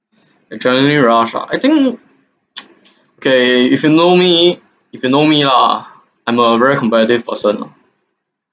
adrenaline rush ah I think okay if you know me if you know me lah I'm a very competitive person ah